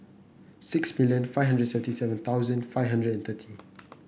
six million five hundred seventy seven thousand five hundred and thirty